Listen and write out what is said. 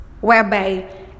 whereby